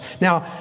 Now